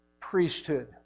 priesthood